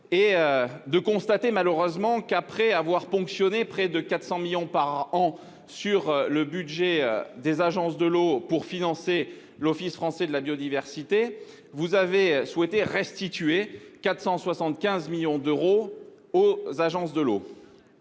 et de constater malheureusement qu'après avoir ponctionné près de 400 millions par an sur le budget des agences de l'eau pour financer l'Office français de la biodiversité. Vous avez souhaité restituer 475 millions d'euros aux agences de l'eau.